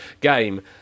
game